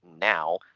now